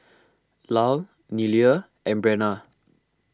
Lyle Nealie and Brenna